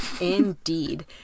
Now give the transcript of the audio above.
Indeed